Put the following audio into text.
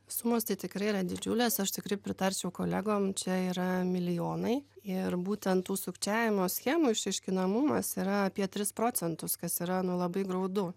sumos tai tikrai yra didžiulės aš tikrai pritarčiau kolegom čia yra milijonai ir būtent tų sukčiavimo schemų išaiškinamumas yra apie tris procentus kas yra labai graudu